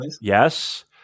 Yes